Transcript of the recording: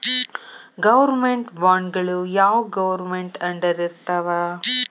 Government ಬಾಂಡ್ಗಳು ಯಾವ್ government ಅಂಡರಿರ್ತಾವ?